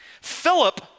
Philip